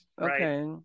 okay